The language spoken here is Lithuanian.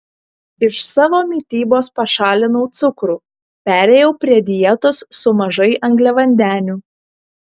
iš savo mitybos pašalinau cukrų perėjau prie dietos su mažai angliavandenių